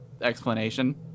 explanation